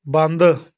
ਬੰਦ